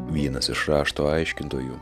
vienas iš rašto aiškintojų